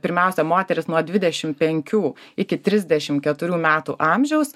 pirmiausia moteris nuo dvidešim penkių iki trisdešim keturių metų amžiaus